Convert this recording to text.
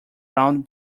round